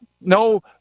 no